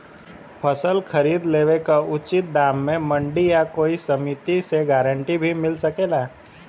फसल खरीद लेवे क उचित दाम में मंडी या कोई समिति से गारंटी भी मिल सकेला?